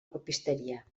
copisteria